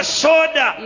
soda